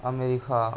America